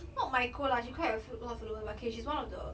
not micro lah she quite a few a lot of follower but okay she's one of the